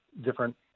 different